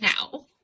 now